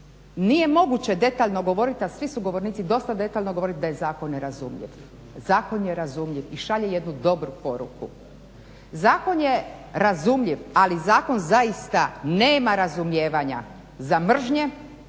Nije moguće detaljno govoriti a svi su govornici dosta detaljno govorili da je zakon nerazumljiv. Zakon je razumljiv i šalje jednu dobru poruku. Zakon je razumljiv, ali zakon zaista nema razumijevanja za mržnje,